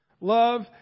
Love